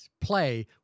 play